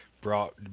brought